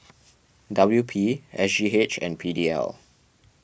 W P S G H and P D L